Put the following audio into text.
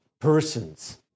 persons